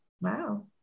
Wow